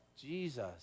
Jesus